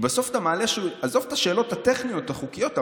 עזוב את השאלות הטכניות החוקיות,